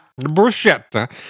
Bruschetta